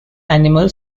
animal